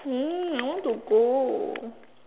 hmm I want to go